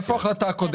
כן.